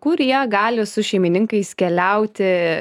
kurie gali su šeimininkais keliauti